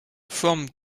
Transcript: forme